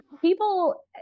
people